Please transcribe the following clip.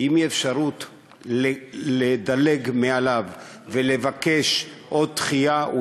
אם תהיה אפשרות לדלג מעליו ולבקש עוד דחייה,